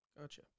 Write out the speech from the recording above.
Gotcha